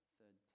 third